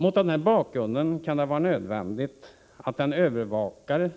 Mot den här bakgrunden kan det vara nödvändigt att den övervakare